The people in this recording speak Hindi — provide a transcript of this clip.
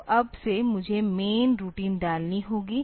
तो अब से मुझे मैन रूटीन डालनी होगी